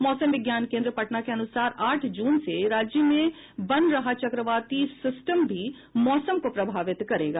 मौसम विज्ञान केन्द्र पटना के अनुसार आठ जून से राज्य में बन रहा चक्रवाती सिस्टम भी मौसम को प्रभावित करेगा